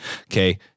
okay